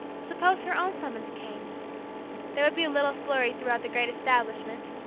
suppose her own summons came there would be a little flurry throughout the great establishment,